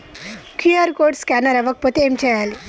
QR code scanner అవ్వకపోతే ఏం చేయాలి?